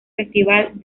festival